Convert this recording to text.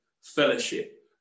fellowship